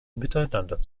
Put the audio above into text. miteinander